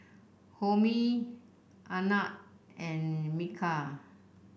Homi Anand and Milkha